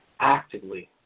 actively